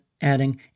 adding